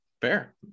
Fair